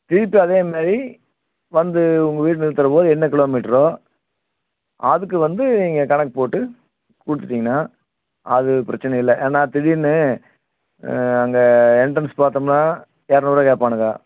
திருப்பி அதேமாதிரி வந்து உங்கள் வீட்டில் நிறுத்துகிறபோது என்ன கிலோமீட்டரோ அதுக்கு வந்து நீங்கள் கணக்கு போட்டு கொடுத்துட்டீங்கன்னா அது பிரச்சனை இல்லை ஏன்னா திடீர்னு அங்கே என்ட்ரன்ஸ் பார்த்தோம்னா இரநூறுவா கேட்பானுங்க